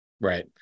Right